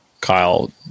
Kyle